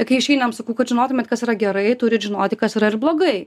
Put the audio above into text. kai išeinam sakau kad žinotumėt kas yra gerai turit žinoti kas yra ir blogai